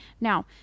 Now